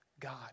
God